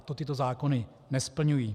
To tyto zákony nesplňují.